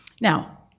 Now